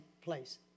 place